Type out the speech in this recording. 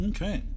Okay